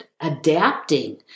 adapting